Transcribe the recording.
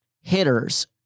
hitters